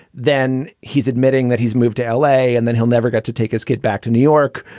then he's admitting that he's moved to l a. and then he'll never got to take his get back to new york.